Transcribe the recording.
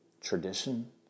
tradition